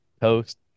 toast